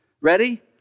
Ready